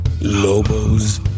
Lobo's